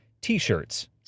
t-shirts